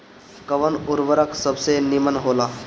कवन उर्वरक सबसे नीमन होला?